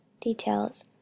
details